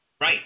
Right